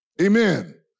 Amen